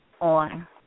on